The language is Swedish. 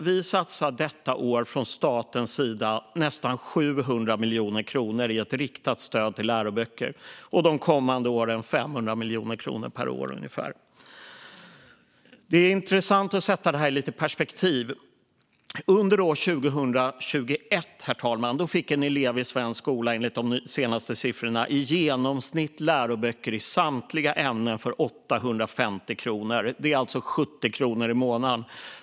Vi satsar detta år från statens sida nästan 700 miljoner kronor i ett riktat stöd till läroböcker och de kommande åren 500 miljoner kronor per år. Det är intressant att sätta detta i perspektiv. Under 2021, herr talman, fick en elev i svensk skola enligt de senaste siffrorna i genomsnitt läroböcker i samtliga ämnen för 850 kronor. Det är alltså 70 kronor i månaden.